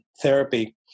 therapy